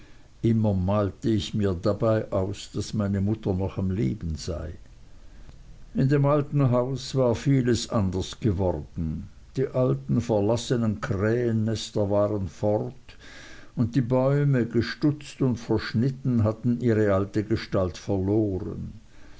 immer malte ich mir dabei aus daß meine mutter noch am leben sei in dem alten haus war vieles anders geworden die alten verlassenen krähennester waren fort und die bäume gestutzt und verschnitten hatten ihre alte gestalt verloren